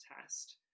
test